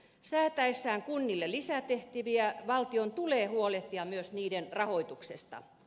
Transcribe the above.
säätäessään kunnille lisätehtäviä valtion tulee huolehtia myös niiden rahoituksesta